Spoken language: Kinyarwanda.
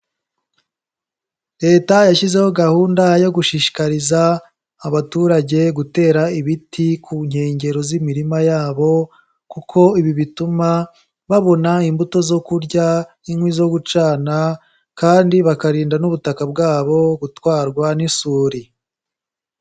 Leta yashyizeho gahunda yo gushishikariza abaturage gutera ibiti ku nkengero z'imirima yabo kuko ibi bituma babona imbuto zo kurya, inkwi zo gucana kandi bakarinda n'ubutaka bwabo gutwarwa n'isuri.